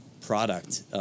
product